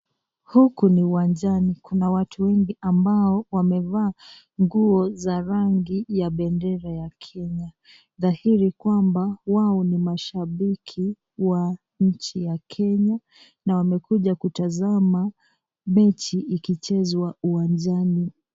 Huku ni uwanjani. Kuna watu wengi ambao wamevaa nguo za rangi ya bendera ya rangi ya Kenya dhahiri kwamba wao ni mashabiki wa nchi ya Kenya na wamekuja kutazama mechi ikichezwa uwanjani.